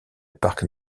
parc